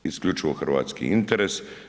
Isključivo hrvatski interes.